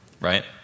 right